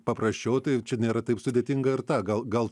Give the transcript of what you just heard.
paprasčiau tai čia nėra taip sudėtinga ir tą gal gal